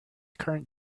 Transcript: current